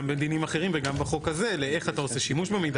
בדינים אחרים וגם בחוק הזה לאיך אתה עושה שימוש במידע,